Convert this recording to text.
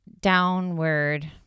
downward